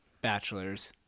bachelor's